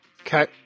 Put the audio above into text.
Okay